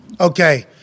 okay